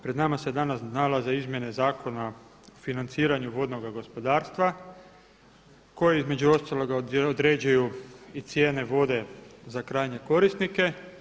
Pred nama se danas nalaze izmjene Zakona o financiranju vodnoga gospodarstva koje između ostaloga određuju i cijene vode za krajnje korisnike.